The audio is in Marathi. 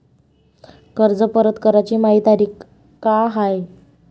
कर्ज परत कराची मायी तारीख का हाय?